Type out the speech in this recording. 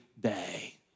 day